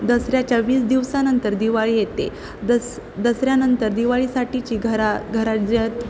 दसऱ्याच्या वीस दिवसानंतर दिवाळी येते दस दसऱ्यानंतर दिवाळीसाठीची घरा राज्यात